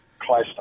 close